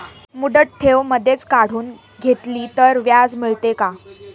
मुदत ठेव मधेच काढून घेतली तर व्याज मिळते का?